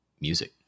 music